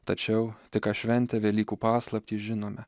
tačiau tik ką šventę velykų paslaptį žinome